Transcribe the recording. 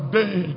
day